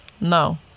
No